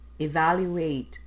evaluate